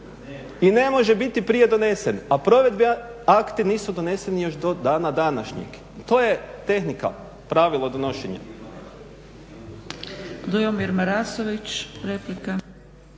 i ne može biti prije donesen. A provedbeni akti nisu doneseni još do dana današnjeg. To je tehnika, pravilo donošenja.